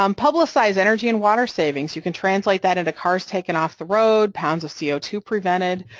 um publicize energy and water savings, you can translate that into cars taken off the road, pounds of c o two prevented,